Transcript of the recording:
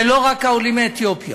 זה לא רק העולים מאתיופיה.